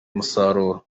umusaruro